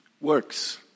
works